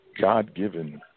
God-given